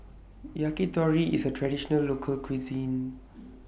Yakitori IS A Traditional Local Cuisine